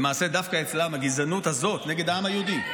למעשה דווקא אצלם הגזענות הזאת נגד העם היהודי,